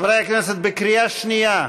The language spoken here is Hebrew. חברי הכנסת, בקריאה שנייה,